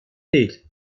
değil